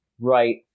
right